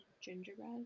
gingerbread